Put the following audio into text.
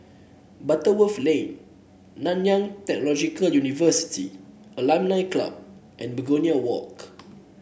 Butterworth Lane Nanyang Technological University Alumni Club and Begonia Walk